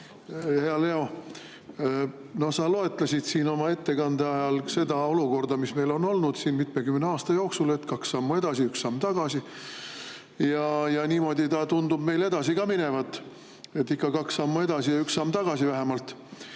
Hea Leo! Sa [kirjeldasid] oma ettekandes seda olukorda, mis meil on olnud mitmekümne aasta jooksul, et kaks sammu edasi, üks samm tagasi. Niimoodi ta tundub meil edasi ka minevat, et ikka kaks sammu edasi ja vähemalt